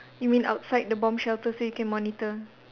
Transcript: you mean outside the bomb shelter so you can monitor